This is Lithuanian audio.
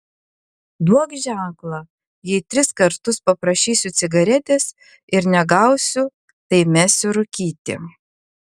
duok ženklą jei tris kartus paprašysiu cigaretės ir negausiu tai mesiu rūkyti